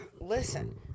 listen